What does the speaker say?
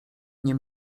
nie